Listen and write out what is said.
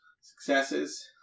successes